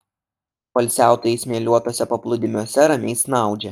poilsiautojai smėliuotuose paplūdimiuose ramiai snaudžia